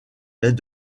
lait